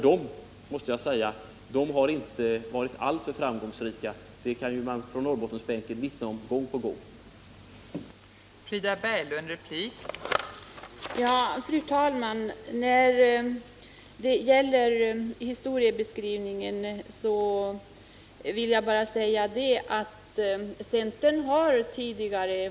De har ju inte varit alltför framgångsrika, och det kan man vittna om gång på gång från Norrbottensbänken.